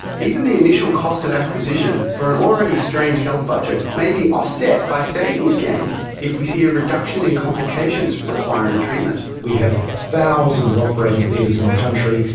even the initial cost of acquisition for an already strained health budget may be offset by savings gained if we see a reduction in complications requiring treatment. we have thousands of operating theatres in the country,